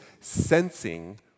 sensing